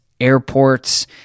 airports